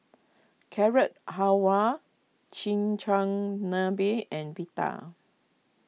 Carrot Halwa Chigenabe and Pita